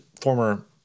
former